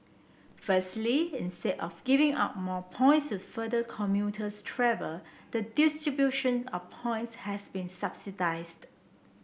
firstly instead of giving out more points the further commuters travel the distribution of points has been standardised